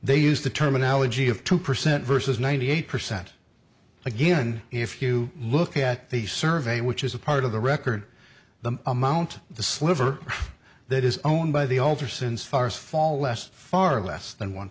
they used the terminology of two percent versus ninety eight percent again if you look at the survey which is a part of the record the amount the sliver that is owned by the altar since fars fall less far less than one